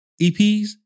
EPs